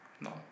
No